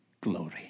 glory